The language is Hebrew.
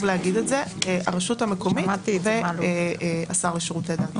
להגיד את זה הרשות המקומית והשר לשירותי דת.